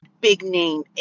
big-name